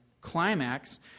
climax